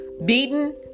Beaten